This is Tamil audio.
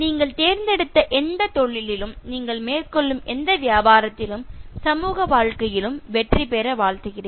நீங்கள் தேர்ந்தெடுத்த எந்தத் தொழிலிலும் நீங்கள் மேற்கொள்ளும் எந்த வியாபாரத்திலும் சமூக வாழ்க்கையிலும் வெற்றியைப் பெற வாழ்த்துகிறேன்